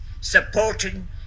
supporting